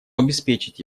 обеспечить